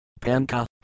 Panka